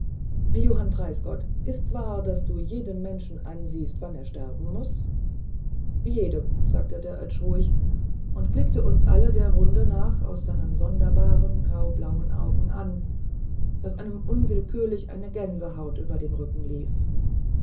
johann preisgott ist's wahr daß du jedem menschen ansiehst wann er sterben muß jedem sagte der oetsch ruhig und blickte uns alle der runde nach aus seinen sonderbaren graublauen augen an daß einem unwillkürlich eine gänsehaut über den rücken lief